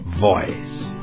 voice